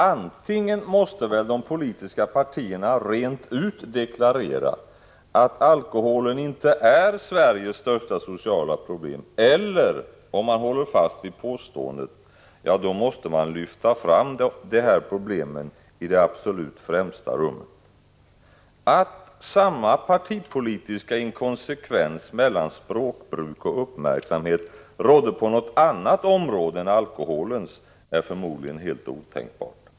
Antingen måste väl de politiska partierna rent ut deklarera att alkoholen inte är Sveriges största sociala problem eller, om man håller fast vid påståendet, lyfta fram detta problem i det absolut främsta rummet. Att samma partipolitiska inkonsekvens mellan språkbruk och uppmärksamhet rådde på något annat område än alkoholens är förmodligen helt otänkbart.